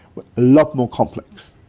but lot more complex.